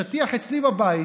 השטיח אצלי בבית